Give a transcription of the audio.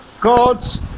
God's